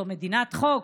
זו מדינת חוק,